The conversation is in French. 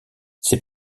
ses